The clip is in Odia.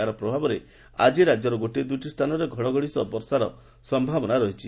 ଏହାର ପ୍ରଭାବରେ ଆକି ରାକ୍ୟର ଗୋଟିଏ ଦୁଇଟି ସ୍ଚାନରେ ଘଡଘଡି ସହ ବର୍ଷାର ସୟାବନା ରହିଛି